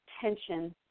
tension